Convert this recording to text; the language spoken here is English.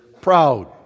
proud